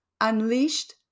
unleashed